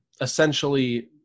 essentially